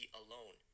alone